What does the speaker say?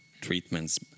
treatments